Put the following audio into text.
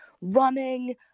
running